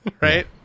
right